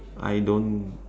I don't